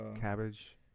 cabbage